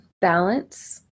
balance